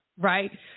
Right